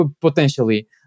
potentially